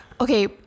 Okay